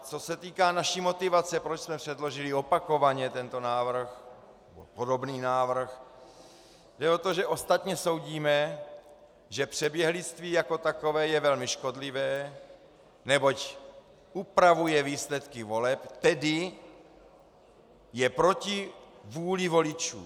Co se týká naší motivace, proč jsme předložili opakovaně tento návrh, podobný návrh, jde o to, že ostatně soudíme, že přeběhlictví jako takové je velmi škodlivé, neboť upravuje výsledky voleb, tedy je proti vůli voličů.